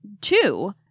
two